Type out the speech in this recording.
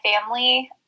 family